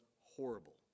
horrible